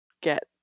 get